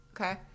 okay